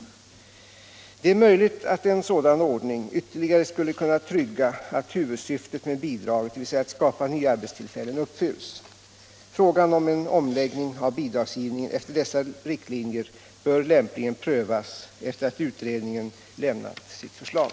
Det är möjligt att en sådan ordning ytterligare skulle kunna trygga att huvudsyftet med bidraget, dvs. att skapa nya efter dessa riktlinjer bör lämpligen prövas efter att utredningen lämnat sitt förslag.